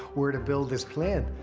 where to build this plane.